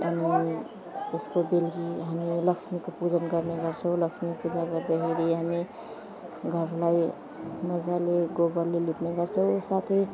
अनि त्यसको बेलुकी हामी लक्ष्मीको पूजन गर्ने गर्छौँ लक्ष्मी पूजा गर्दाखेरि हामी घरलाई मजाले गोबरले लिप्ने गर्छौँ साथै